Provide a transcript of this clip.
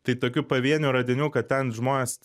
tai tokių pavienių radinių kad ten žmonės